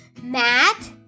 Matt